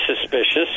suspicious